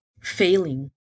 failing